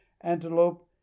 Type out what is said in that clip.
antelope